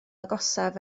agosaf